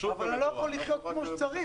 אבל אני לא יכול לחיות כמו שצריך.